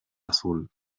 azul